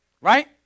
right